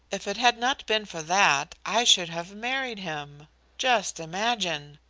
if it had not been for that i should have married him just imagine!